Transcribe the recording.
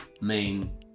main